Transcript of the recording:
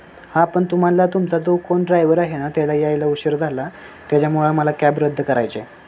हा पण तुम्हाला तुमचा जो कोण ड्रायव्हर आहे ना त्याला यायला उशीर झाला त्याच्यामुळं आम्हाला कॅब रद्द करायची आहे